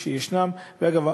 אגב,